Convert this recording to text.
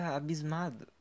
abismado